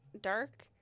dark